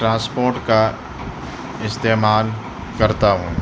transport کا استعمال کرتا ہوں